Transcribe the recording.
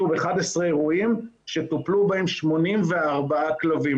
שוב, 11 אירועים שטופלו בהם 84 כלבים.